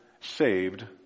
saved